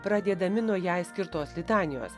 pradėdami nuo jai skirtos litanijos